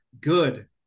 good